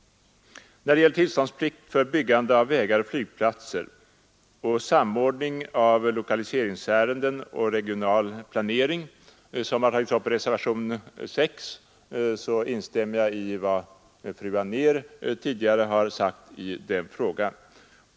När det gäller tillståndsplikt för byggande av vägar och flygplatser och samordning av lokaliseringsärenden och regional planering, vilket tagits upp i reservationen, instämmer jag i vad fru Anér tidigare har sagt.